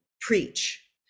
preach